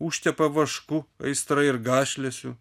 užtepa vašku aistra ir gašlesiu